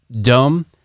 dumb